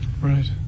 Right